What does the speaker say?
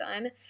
done